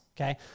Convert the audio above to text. Okay